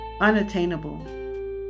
unattainable